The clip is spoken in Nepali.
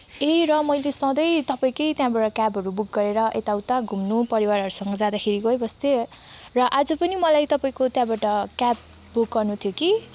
ए र मैले सधैँ तपाईँकै त्यहाँबाट क्याबहरू बुक गरेर यता उता घुम्नु परिवारहरूसँग जाँदाखेरि गइबस्थेँ र आज पनि मलाई तपाईँको त्यहाँबाट क्याब बुक गर्नु थियो कि